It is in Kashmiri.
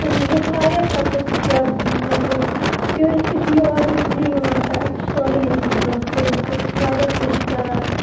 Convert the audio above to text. تہٕ مےٚ چھِ واریاہ فخٕر تِکیٛاہ مطلب ٹیوٗرِسٹ چھِ یور وٕچھنہِ یِوان تہٕ اَسہِ چھُ سورٕے ییٚتنٕے برٛونٛہہ کَنہِ أسۍ چھِ واریاہ خۄش کَران